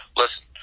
listen